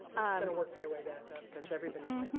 gonna work my way back up, because everybody's